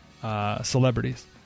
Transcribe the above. Celebrities